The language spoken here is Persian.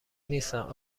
نیستند